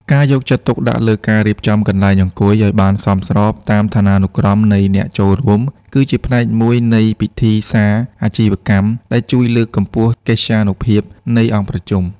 ការយកចិត្តទុកដាក់លើការរៀបចំកន្លែងអង្គុយឱ្យបានសមស្របតាមឋានានុក្រមនៃអ្នកចូលរួម គឺជាផ្នែកមួយនៃពិធីសារអាជីវកម្មដែលជួយលើកកម្ពស់កិត្យានុភាពនៃអង្គប្រជុំ។